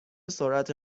سرعت